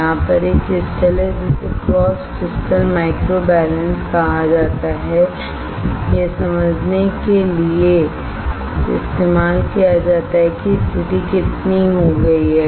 यहां पर एक क्रिस्टल है जिसे क्रॉस क्रिस्टल माइक्रोब्लेंस कहा जाता है यह समझने के लिए इस्तेमाल किया जाता है कि स्थिति कितनी हो गई है